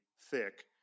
thick